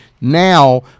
Now